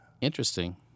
Interesting